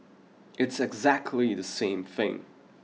it's exactly the same thing